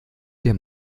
der